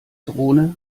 drohne